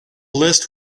list